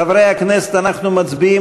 חברי הכנסת, אנחנו מצביעים